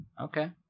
Okay